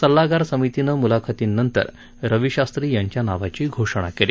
सल्लागार समितीनं मुलाखतीनंतर रवी शास्त्री यांच्या नावाची घोषणा केली